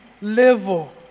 level